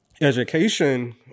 Education